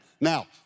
Now